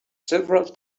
several